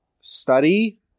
study